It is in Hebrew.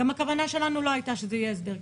גם הכוונה שלנו לא הייתה שזה יהיה הסדר קבע.